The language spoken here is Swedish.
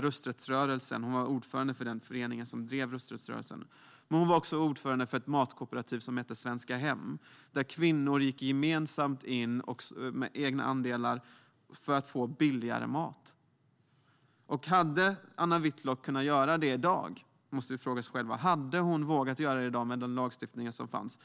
rösträttsrörelsen. Hon var ordförande för den förening som drev frågan om kvinnlig rösträtt. Men hon var också ordförande för ett matkooperativ som hette Svenska Hem, där kvinnor gemensamt gick in med egna andelar för att få billigare mat. Hade Anna Whitlock kunnat göra det i dag? Den frågan måste vi ställa. Hade hon vågat göra det i dag med den lagstiftning som finns?